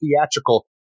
theatrical